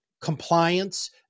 compliance